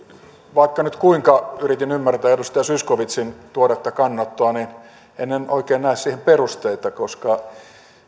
nyt kuinka yritin ymmärtää edustaja zyskowiczin tuoretta kannanottoa niin en oikein näe siihen perusteita koska